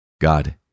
God